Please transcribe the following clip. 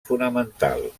fonamental